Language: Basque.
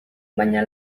baina